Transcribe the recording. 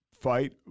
fight